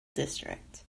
district